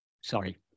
sorry